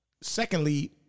Secondly